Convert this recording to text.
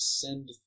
send